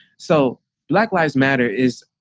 so black lives matter is